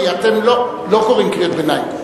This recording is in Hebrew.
כי אתם לא קוראים קריאות ביניים.